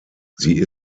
sie